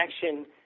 Action –